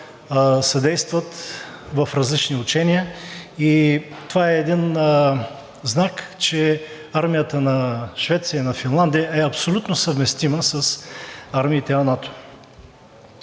съдействат в различни учения и това е един знак, че армията на Швеция, на Финландия е абсолютно съвместима с армиите на НАТО?